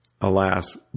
Alas